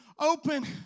Open